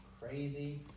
crazy